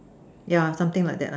yeah something like that lah